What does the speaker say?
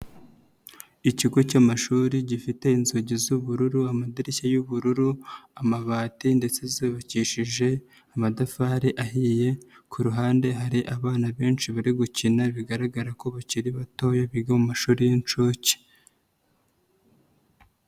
Ikigo cy'amashuri gifite inzugi z'ubururu, amadirishya y'ubururu, amabati ndetse zubabakishije amatafari ahiye, ku ruhande hari abana benshi bari gukina bigaragara ko bakiri batoya biga mu mashuri y'inshuke.